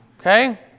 Okay